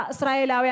Israel